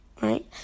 right